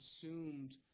consumed